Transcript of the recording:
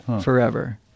forever